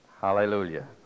Hallelujah